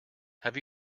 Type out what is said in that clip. have